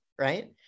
right